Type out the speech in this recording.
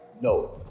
No